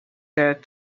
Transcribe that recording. that